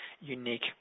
unique